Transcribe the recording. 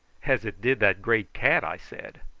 as it did that great cat! i said.